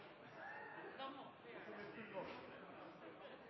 igjen? Da må jeg